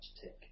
tick